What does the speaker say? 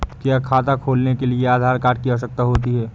क्या खाता खोलने के लिए आधार कार्ड की आवश्यकता होती है?